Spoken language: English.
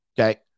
Okay